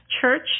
church